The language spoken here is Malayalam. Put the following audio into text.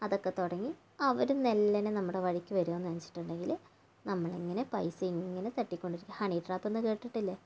അതൊക്കെ തുടങ്ങി അവർ മെല്ലനെ നമ്മുടെ വഴിക്ക് വരും എന്ന് വെച്ചിട്ടുണ്ടെങ്കിൽ നമ്മളിങ്ങനെ പൈസ ഇങ്ങനെ തട്ടിക്കൊണ്ടിരിക്കും ഹണി ട്രാപ്പ്ന്ന് കേട്ടിട്ടില്ലേ